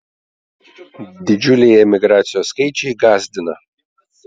didžiuliai emigracijos skaičiai gąsdina